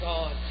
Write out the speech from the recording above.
God